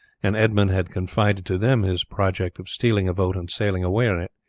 and edmund had confided to them his project of stealing a boat and sailing away in it,